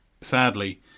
sadly